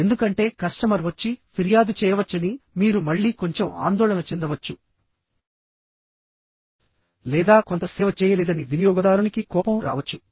ఎందుకంటే కస్టమర్ వచ్చి ఫిర్యాదు చేయవచ్చని మీరు మళ్ళీ కొంచెం ఆందోళన చెందవచ్చు లేదా కొంత సేవ చేయలేదని వినియోగదారునికి కోపం రావచ్చు